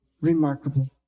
Remarkable